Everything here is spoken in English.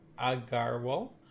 Agarwal